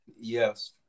Yes